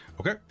Okay